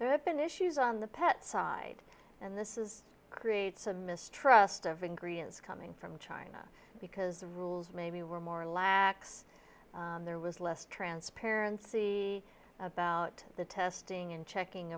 have been issues on the pet side and this is creates a mistrust of ingredients coming from china because the rules maybe were more lax and there was less transparency about the testing and checking